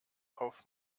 auf